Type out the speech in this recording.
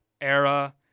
era